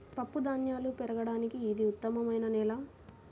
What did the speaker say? పప్పుధాన్యాలు పెరగడానికి ఇది ఉత్తమమైన నేల